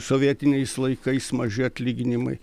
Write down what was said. sovietiniais laikais maži atlyginimai